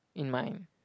in mine